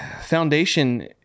foundation